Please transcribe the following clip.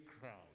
crowd